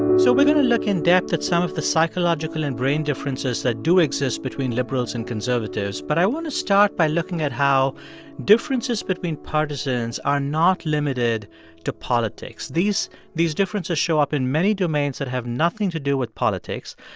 so we're going to look in-depth at some of the psychological and brain differences that do exist between liberals and conservatives. but i want to start by looking at how differences between partisans are not limited to politics. these these differences show up in many domains that have nothing to do with politics.